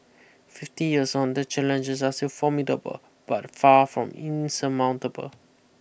fifty years on the challenges are still formidable but far from insurmountable